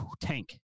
tank